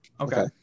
Okay